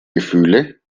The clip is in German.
gefühle